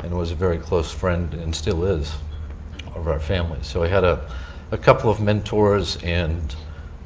and it was a very close friend and still is of our family's. so we had ah a couple of mentors and